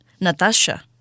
Natasha